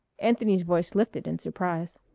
anthony's voice lifted in surprise.